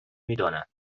میداند